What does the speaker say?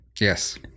Yes